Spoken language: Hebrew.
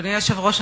אדוני היושב-ראש,